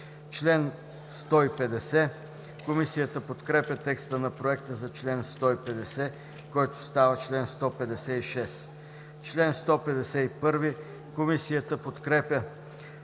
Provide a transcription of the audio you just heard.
чл. 155. Комисията подкрепя текста на Проекта за чл. 150, който става чл. 156. Комисията подкрепя